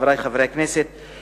חברי חברי הכנסת,